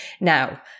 Now